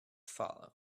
follow